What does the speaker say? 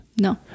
No